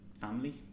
Family